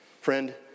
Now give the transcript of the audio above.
Friend